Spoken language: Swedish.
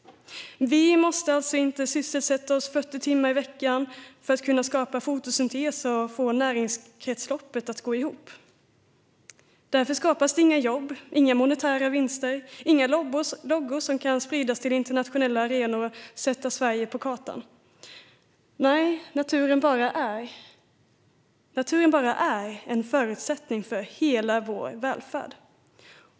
Vi måste alltså inte sysselsätta oss 40 timmar i veckan för att kunna skapa fotosyntes och få näringskretsloppet att gå ihop. Därför skapas det inga jobb, inga monetära vinster, inga loggor som kan spridas till internationella arenor och sätta Sverige på kartan. Nej, naturen bara är. Naturen bara är en förutsättning för hela vår välfärd.